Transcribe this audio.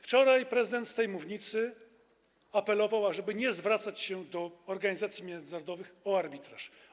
Wczoraj prezydent z tej mównicy apelował, ażeby nie zwracać się do organizacji międzynarodowych o arbitraż.